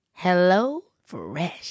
HelloFresh